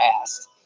asked